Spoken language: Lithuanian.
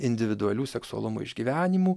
individualių seksualumo išgyvenimų